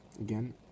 Again